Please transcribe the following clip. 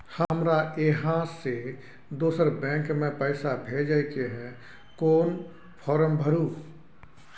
हमरा इहाँ से दोसर बैंक में पैसा भेजय के है, कोन फारम भरू?